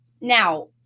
Now